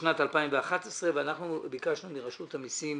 בשנת 2011 ואנחנו ביקשנו מרשות המיסים